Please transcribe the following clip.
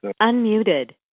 Unmuted